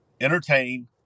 entertain